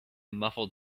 muffled